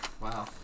Wow